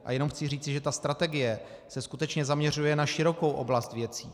A jenom chci říci, že ta strategie se skutečně zaměřuje na širokou oblast věcí.